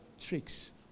Tricks